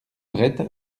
bret